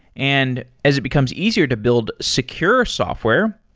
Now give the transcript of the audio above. and as it becomes easier to build secure software,